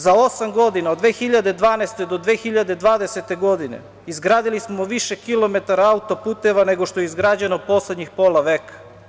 Za osam godina, od 2012. do 2020. godine izgradili smo više kilometara autoputeva nego što je izgrađeno poslednjih pola veka.